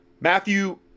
Matthew